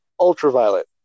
Ultraviolet